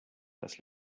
das